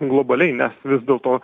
globaliai nes vis dėlto